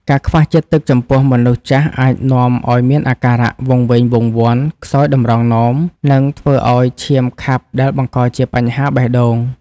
ការខ្វះជាតិទឹកចំពោះមនុស្សចាស់អាចនាំឱ្យមានអាការៈវង្វេងវង្វាន់ ខ្សោយតម្រងនោម និងធ្វើឱ្យឈាមខាប់ដែលបង្កជាបញ្ហាបេះដូង។